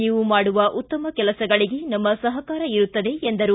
ನೀವು ಮಾಡುವ ಉತ್ತಮ ಕೆಲಸಗಳಿಗೆ ನಮ್ಮ ಸಹಕಾರ ಇರುತ್ತದೆ ಎಂದರು